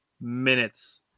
minutes